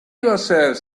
yourself